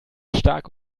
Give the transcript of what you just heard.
stark